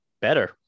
better